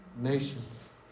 nations